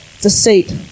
deceit